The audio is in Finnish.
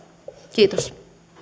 kiitos